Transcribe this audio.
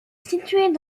situés